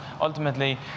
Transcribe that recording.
ultimately